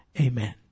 Amen